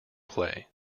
play